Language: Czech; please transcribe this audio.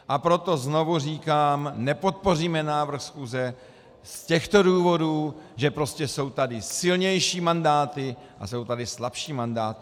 A proto znovu říkám, nepodpoříme návrh schůze z těchto důvodů, že prostě jsou tady silnější mandáty a jsou tady slabší mandáty.